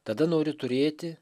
tada noriu turėti